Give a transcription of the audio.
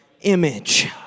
image